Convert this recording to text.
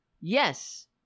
Yes